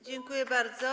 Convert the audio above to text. Dziękuję bardzo.